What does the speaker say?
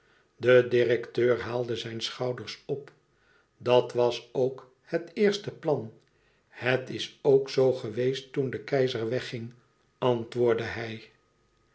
de directeur haalde zijn schouders op dat was ook het eerste plan het is ook zoo geweest toen de keizer wegging antwoordde hij